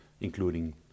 including